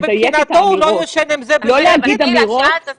שמבחינתו לא משנה --- אני